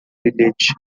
bilhete